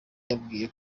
yambwiye